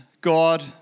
God